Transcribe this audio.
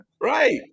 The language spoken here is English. right